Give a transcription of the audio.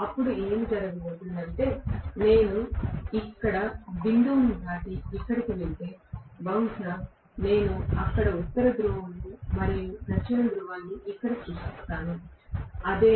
అప్పుడు ఏమి జరుగుతుందంటే నేను ఇక్కడ బిందువు ను దాటి ఇక్కడ దాటితే బహుశా నేను అక్కడ ఉత్తర ధ్రువమును మరియు దక్షిణ ధృవాన్ని ఇక్కడ సృష్టిస్తాను అదే